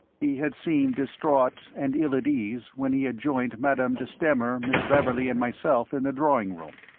he had seemed distraught and ill at ease when he had joined madame de stamer, miss beverley, and myself in the drawing room.